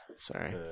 Sorry